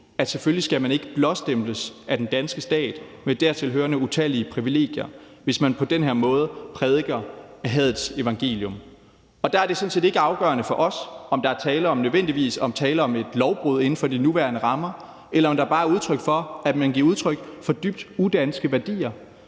man selvfølgelig ikke skal blåstemples af den danske stat med dertilhørende utallige privilegier, hvis man på den her måde prædiker hadets evangelium. Der er det sådan set ikke afgørende for os, om der nødvendigvis er tale om et lovbrud inden for de nuværende rammer, eller om der er tale om, at man giver udtryk for dybt udanske værdier.